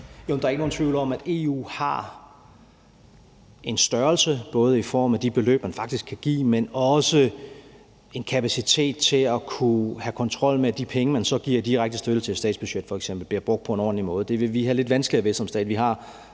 Jørgensen): Der er ikke nogen tvivl om, at EU i form af sin størrelse og de beløb, man faktisk kan give, har en kapacitet til at kunne have kontrol med, at de penge, man så giver i direkte støtte til f.eks. et statsbudget, bliver brugt på en ordentlig måde. Det vil vi som stat have lidt vanskeligere ved at